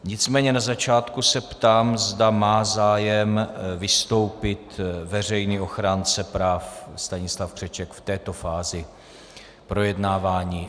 Nicméně na začátku se ptám, zda má zájem vystoupit veřejný ochránce práv Stanislav Křeček v této fázi projednávání?